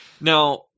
Now